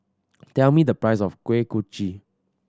tell me the price of Kuih Kochi